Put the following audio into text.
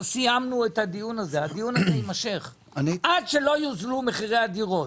הדיון הזה יימשך עד שלא יוזלו מחירי הדירות,